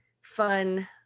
fun